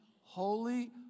Holy